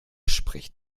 spricht